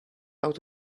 out